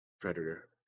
Predator